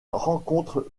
rencontre